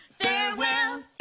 farewell